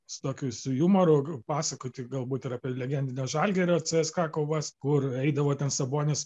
su tokiu su jumoru pasakoti galbūt ir apie legendinio žalgirio cska kovas kur eidavo ten sabonis